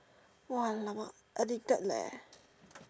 !wah! alamak addicted leh